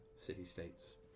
city-states